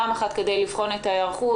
פעם אחת כדי לבחון את ההיערכות,